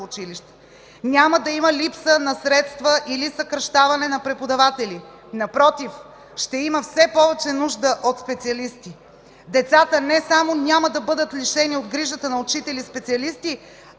училище. Няма да има липса на средства или съкращаване на преподаватели. Напротив, ще има все повече нужда от специалисти. Децата не само няма да бъдат лишени от грижата на учители и специалисти,